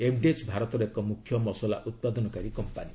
MDH ଭାରତର ଏକ ମ୍ରଖ୍ୟ ମସଲା ଉତ୍ପାଦନକାରୀ କମ୍ପାନୀ